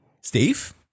Steve